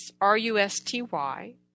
R-U-S-T-Y